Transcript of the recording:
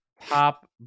top